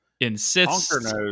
insists